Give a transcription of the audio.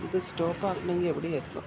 ഇത് സ്റ്റോപ്പ് ആക്കണമെങ്കിൽ എവിടെയാണ് ഇപ്പോൾ